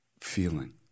feeling